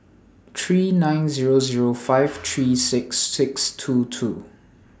three nine Zero Zero five three six six two two